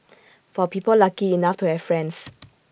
for people lucky enough to have friends